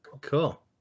cool